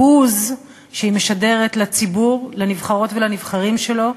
בבוז שהיא משדרת לציבור, לנבחרות ולנבחרים שלו,